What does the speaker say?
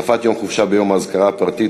13) (הוספת יום חופשה ביום האזכרה הפרטית),